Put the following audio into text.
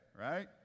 right